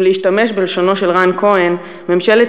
אם להשתמש בלשונו של רן כהן: "ממשלת